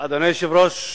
אדוני היושב-ראש,